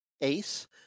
ace